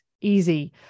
easy